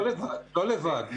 לא לבד.